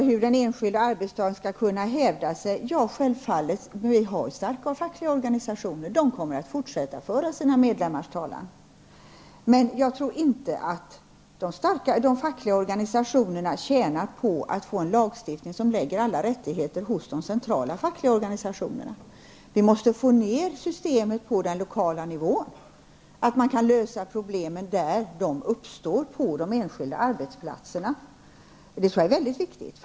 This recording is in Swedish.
Herr talman! Karl-Erik Persson frågar hur den enskilde arbetstagaren skall kunna hävda sig. Vi har starka fackliga organisationer, och de kommer självfallet att fortsätta att föra sina medlemmars talan. Men jag tror inte att de fackliga organisationerna tjänar på att få en lagstiftning som lägger alla rättigheter hos de centrala fackliga organisationerna. Vi måste få ned systemet på den lokala nivån så att man kan lösa problemen där de uppstår, på de enskilda arbetsplatserna. Det tror jag är mycket viktigt.